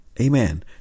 Amen